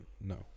no